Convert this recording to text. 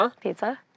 Pizza